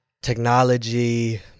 technology